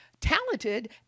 talented